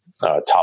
top